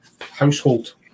household